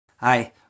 Hi